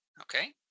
Okay